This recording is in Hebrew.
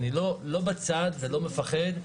אני לא בצד ולא פוחד.